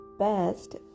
best